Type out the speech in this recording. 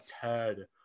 Ted